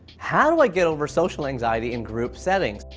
how do i get over social anxiety in group settings?